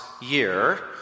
year